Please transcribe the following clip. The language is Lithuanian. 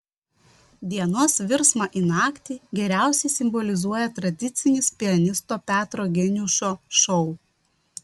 dienos virsmą į naktį geriausiai simbolizuoja tradicinis pianisto petro geniušo šou